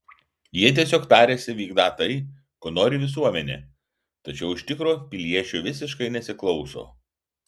jie tiesiog tariasi vykdą tai ko nori visuomenė tačiau iš tikro piliečių visiškai nesiklauso